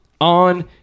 on